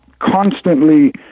constantly